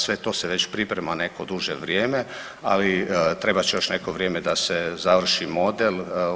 Sve to se već priprema neko duže vrijeme, ali trebat će još neko vrijeme da se završi model.